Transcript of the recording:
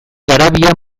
garabia